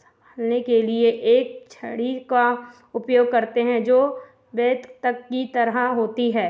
संभालने के लिए एक छड़ी का उपयोग करते हैं जो बेत तक की तरह होती है